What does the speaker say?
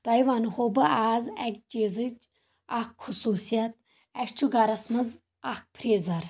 تۄہہِ ونہو بہٕ آز اکہِ چیٖزٕچ اکھ خصوٗصیت اسہِ چھُ گرس منٛز اکھ فریزر